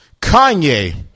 Kanye